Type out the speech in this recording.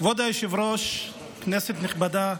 כבוד היושב-ראש, כנסת נכבדה,